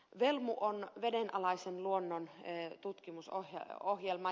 velmu on vedenalaisen luonnon tutkimusohjelma